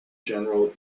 general